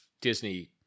Disney